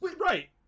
right